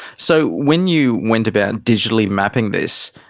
so when you went about digitally mapping this,